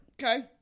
Okay